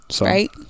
Right